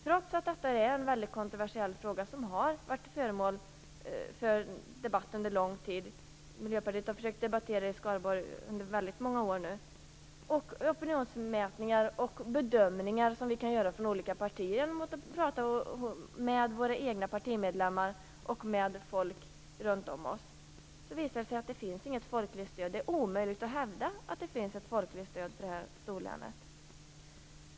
Trots att detta är en kontroversiell fråga som har varit föremål för debatt under lång tid - Miljöpartiet har debatterat i Skaraborg under många år - med opinionsmätningar och bedömningar från olika partier och diskussioner med de egna partimedlemmarna och folk, har det visat sig att det finns inte något folkligt stöd. Det är omöjligt att hävda att det finns ett folkligt stöd för storlänet.